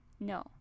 No